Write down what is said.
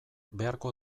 beharko